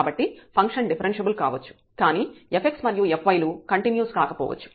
కాబట్టి function differentiable కావచ్చు కానీ fx మరియు fy లు కంటిన్యూస్ కాకపోవచ్చు